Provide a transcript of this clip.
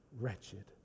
wretched